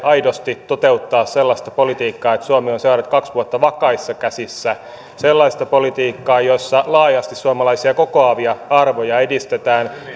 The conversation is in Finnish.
aidosti toteuttaa sellaista politiikkaa että suomi on seuraavat kaksi vuotta vakaissa käsissä sellaista politiikkaa jossa laajasti suomalaisia kokoavia arvoja edistetään vai